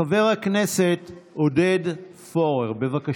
חבר הכנסת עודד פורר, בבקשה.